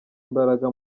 imbaraga